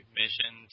mission